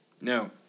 Now